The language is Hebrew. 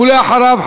ואחריו,